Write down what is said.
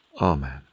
amen